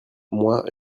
moi